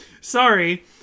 Sorry